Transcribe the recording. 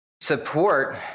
support